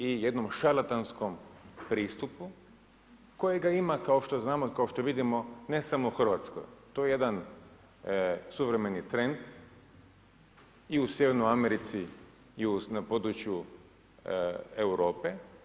I jednom šarlatanskom pristupu kojega ima kao što znamo, kao što vidimo ne samo u Hrvatskoj, to je jedan suvremeni trend i u Sjevernoj Americi i na području Europe.